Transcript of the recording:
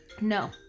No